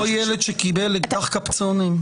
כמו ילד שקיבל אקדח קפצונים.